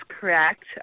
correct